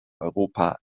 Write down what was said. europa